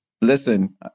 Listen